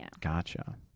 Gotcha